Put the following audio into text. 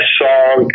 song